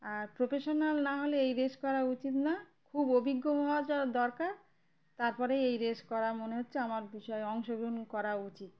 আর professional না হলে এই রেস করা উচিত না খুব অভিজ্ঞ হওয়া যা দরকার তার পরেই এই রেস করা মনে হচ্ছে আমার বিষয়ে অংশগ্রহণ করা উচিত